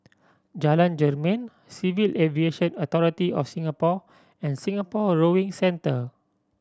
Jalan Jermin Civil Aviation Authority of Singapore and Singapore Rowing Centre